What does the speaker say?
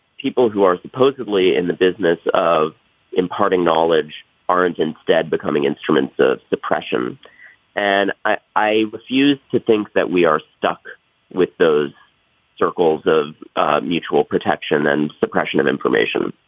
people who are supposedly in the business of imparting knowledge aren't instead becoming instruments of depression and i i refused to think that we are stuck with those circles of mutual protection and suppression of information.